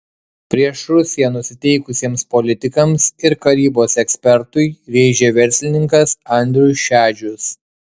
prieš rusiją nusiteikusiems politikams ir karybos ekspertui rėžė verslininkas andrius šedžius